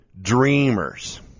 dreamers